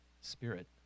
spirit